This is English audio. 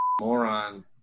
moron